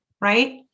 right